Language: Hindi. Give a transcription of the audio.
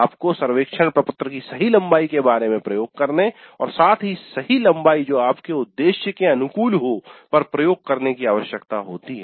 आपको सर्वेक्षण प्रपत्र की सही लंबाई के बारे में प्रयोग करने और साथ ही सही लंबाई जो आपके उद्देश्य के अनुकूल हो पर प्रयोग करने की आवश्यकता होती है